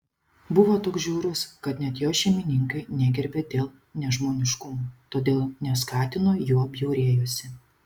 buvo toks žiaurus kad net jo šeimininkai negerbė dėl nežmoniškumo todėl neskatino juo bjaurėjosi